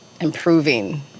improving